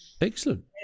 excellent